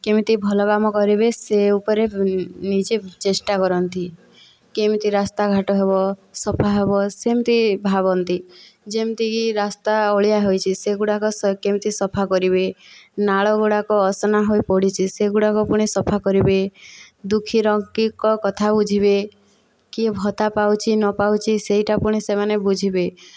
କେମିତି ଭଲ କାମ କରିବେ ସେ ଉପରେ ନିଜେ ଚେଷ୍ଟା କରନ୍ତି କେମିତି ରାସ୍ତାଘାଟ ହେବ ସଫା ହେବ ସେମିତି ଭାବନ୍ତି ଯେମିତିକି ରାସ୍ତା ଅଳିଆ ହୋଇଛି ସେଗୁଡ଼ାକ ସେ କେମିତି ସଫା କରିବେ ନାଳଗୁଡ଼ାକ ଅସନା ହୋଇ ପଡ଼ିଛି ସେଗୁଡ଼ାକ ପୁଣି ସଫା କରିବେ ଦୁଃଖୀ ରଙ୍କିଙ୍କ କଥା ବୁଝିବେ କିଏ ଭତ୍ତା ପାଉଛି ନପାଉଛି ସେଇଟା ପୁଣି ସେମାନେ ବୁଝିବେ